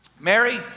Mary